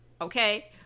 Okay